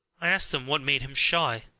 i asked him what made him shy.